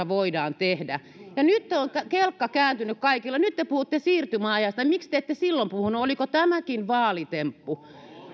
voidaan tehdä ja nyt on kelkka kääntynyt kaikilla nyt te puhutte siirtymäajasta miksi te ette silloin puhuneet oliko tämäkin vaalitemppu